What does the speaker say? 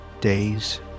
Days